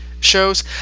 shows